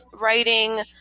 writing